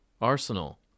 arsenal